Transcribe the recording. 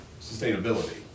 sustainability